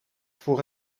voor